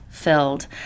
filled